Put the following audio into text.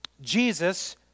Jesus